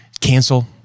cancel